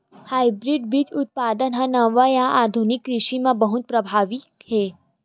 hybrid बीज उत्पादन हा नवा या आधुनिक कृषि मा बहुत प्रभावी हे